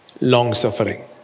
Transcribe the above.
long-suffering